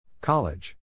College